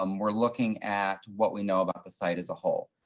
um we're looking at what we know about the site as a whole,